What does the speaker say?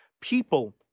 people